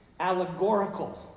Allegorical